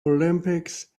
olympics